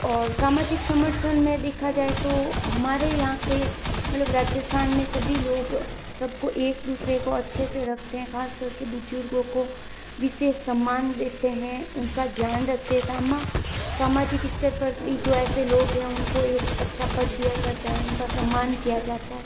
और सामाजिक समर्थन में देखा जाए तो हमारे यहाँ के मतलब राजस्थान में सभी लोग सबको एक दूसरे को अच्छे से रखते हैं खास करके बुजुर्गों को विशेष सम्मान देते हैं उनका ध्यान रखते समा सामाजिक स्तर पर भी जो ऐसे लोग हैं उनको एक अच्छा पद दिया जाता है उनका सम्मान किया जाता है